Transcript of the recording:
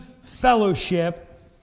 fellowship